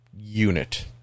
unit